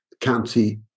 County